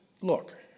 look